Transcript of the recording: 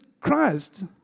Christ